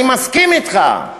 אני מסכים אתך,